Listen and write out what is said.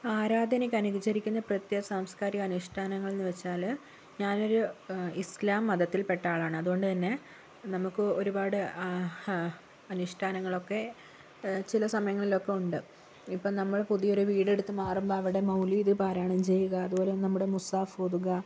ആരാധനയ്ക്ക് അനുചരിക്കുന്ന പ്രത്യേക സാംസ്കാരിക അനുഷ്ഠാനങ്ങളെന്നു വച്ചാൽ ഞാനൊരു ഇസ്ലാം മതത്തിൽപ്പെട്ട ആളാണ് അതുകൊണ്ടുതന്നെ നമുക്ക് ഒരുപാട് അനുഷ്ഠാനങ്ങളൊക്കെ ചില സമയങ്ങളിലൊക്കെ ഉണ്ട് ഇപ്പം നമ്മൾ പുതിയൊരു വീടെടുത്ത് മാറുമ്പോൾ അവിടെ മൗലീദ് പാരായണം ചെയ്യുക അതുപോലെ നമ്മുടെ മുസാഫൂതുക